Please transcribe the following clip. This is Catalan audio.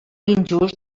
injust